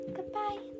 Goodbye